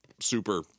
super